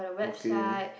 okay